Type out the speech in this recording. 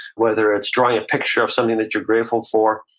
whether it's drawing a picture of something that you're grateful for.